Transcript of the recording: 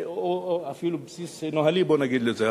אפילו בסיס נוהלי, נקרא לזה.